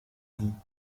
dit